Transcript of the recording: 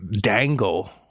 dangle